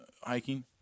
hiking